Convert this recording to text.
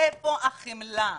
איפה החמלה?